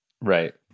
Right